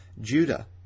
Judah